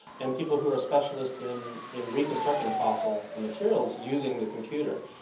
and people who are specialists in in reconstructing fossil materials using the computer.